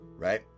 Right